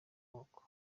moko